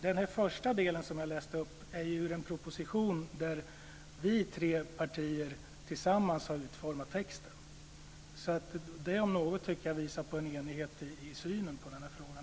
Det första som jag läste upp är alltså hämtat ur en proposition där vi tre partier tillsammans har utformat texten. Det om något tycker jag visar på en enighet i synen på den här frågan.